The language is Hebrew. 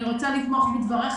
אני רוצה לתמוך בדבריך,